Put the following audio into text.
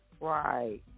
Right